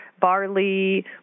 barley